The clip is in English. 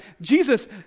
Jesus